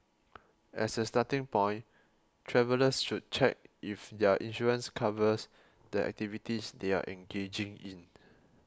as a starting point travellers should check if their insurance covers the activities they are engaging in